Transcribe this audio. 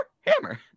hammer